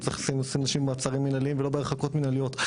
לא צריך לשים אנשים במעצרים מנהליים ולא בהרחקות מנהליות,